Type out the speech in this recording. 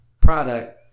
product